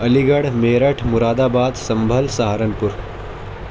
Ali Garh Meerut Moradabad Sambhal Saharanpur